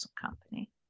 company